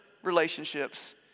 relationships